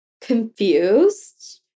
confused